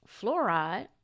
fluoride